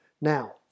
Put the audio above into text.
Now